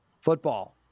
football